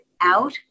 out